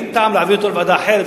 אין טעם להעביר אותה לוועדה אחרת,